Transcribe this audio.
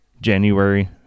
January